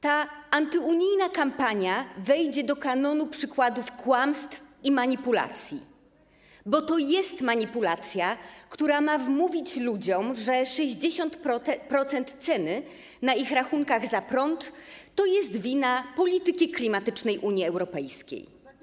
Ta antyunijna kampania wejdzie do kanonu przykładów kłamstw i manipulacji, bo to jest manipulacja, która ma wmówić ludziom, że 60% ceny na ich rachunkach za prąd to jest wina polityki klimatycznej Unii Europejskiej.